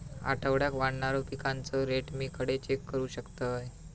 आठवड्याक वाढणारो पिकांचो रेट मी खडे चेक करू शकतय?